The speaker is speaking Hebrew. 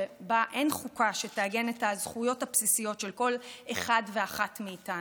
שבה אין חוקה שתעגן את הזכויות הבסיסיות של כל אחד ואחת מאיתנו.